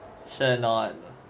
sure or not